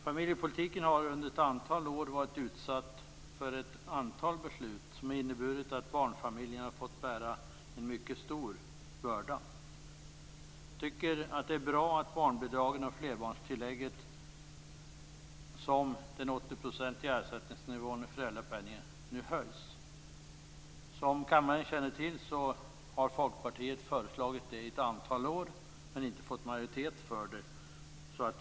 Familjepolitiken har under ett antal år varit utsatt för en rad beslut som inneburit att barnfamiljerna har fått bära en mycket stor börda. Jag tycker att det är bra att barnbidragen och flerbarnstillägget nu höjs och att föräldrapenningen ökar till 80 %. Som kammarens ledamöter känner till har Folkpartiet föreslagit detta i ett antal år men inte fått majoritet för det.